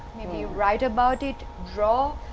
maybe write about it, draw,